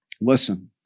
Listen